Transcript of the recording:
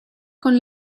con